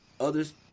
Others